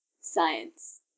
science